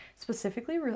specifically